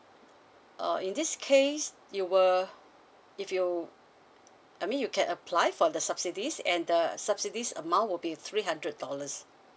uh in this case you were if you I mean you can apply for the subsidies and the subsidies amount would be three hundred dollars